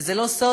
וזה לא סוד,